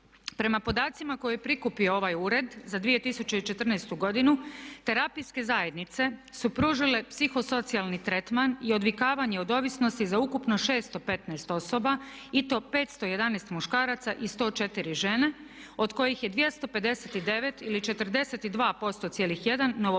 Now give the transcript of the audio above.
Prema podacima koje je prikupio ovaj ured za 2014. godinu terapijske zajednice su pružile psihosocijalni tretman i odvikavanje od ovisnosti za ukupno 615 osoba i to 511 muškaraca i 104 žene od kojih je 259 ili 42,1% novopridošlih